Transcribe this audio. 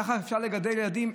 ככה אפשר לגדל ילדים?